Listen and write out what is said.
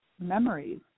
memories